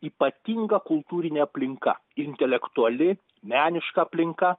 ypatinga kultūrinė aplinka intelektuali meniška aplinka